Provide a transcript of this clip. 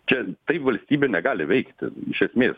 čia taip valstybė negali veikti iš esmės